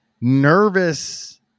nervous